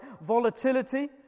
volatility